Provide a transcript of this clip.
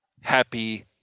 happy